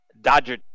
Dodger